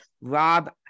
Rob